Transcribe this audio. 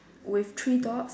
with three dot